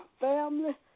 family